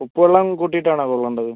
ഉപ്പ് വെള്ളം കൂട്ടിയിട്ടാണോ കൊള്ളേണ്ടത്